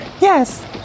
Yes